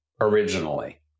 originally